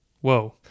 Whoa